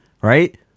right